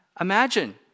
Imagine